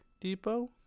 Depot